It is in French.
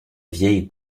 vieille